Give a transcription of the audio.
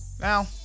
Now